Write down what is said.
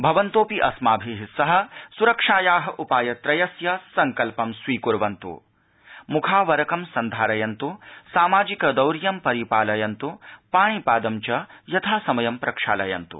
भवन्तोऽपिअस्माभि सहसुरक्षाया उपायत्रयस्यसङ्कल्पंस्वीकुर्वन्तु मुखावरकंसन्धारयन्तु सामाजिकदूरतांपरिपालयन्तु पाणिपादंचयथासमयंप्रक्षालयन्तु